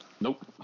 Nope